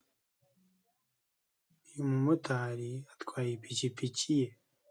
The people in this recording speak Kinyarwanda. Uyu mumotari atwaye ipikipiki ye.